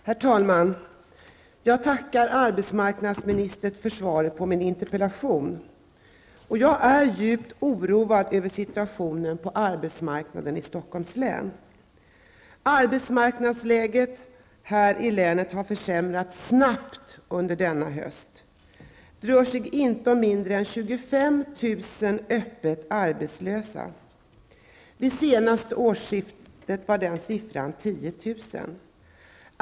Herr talman! Jag tackar arbetsmarknadsministern för svaret på min interpellation. Jag är djupt oroad över situationen på arbetsmarknaden i Stockholms län. Arbetsmarknadsläget här i länet har försämrats snabbt under denna höst. Det rör sig om inte mindre än 25 000 öppet arbetslösa. Vid senaste årsskiftet var den siffran 10 000.